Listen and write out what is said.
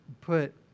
put